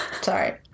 sorry